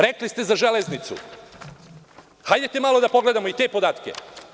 Rekli ste za „Železnicu“, hajde malo da pogledamo i te podatke.